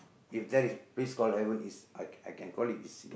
if there's a place called heaven is I can call it is Singa